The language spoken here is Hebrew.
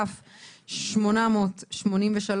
כ/883,